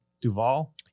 Duvall